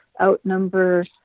outnumber